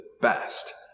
best